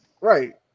right